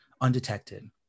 undetected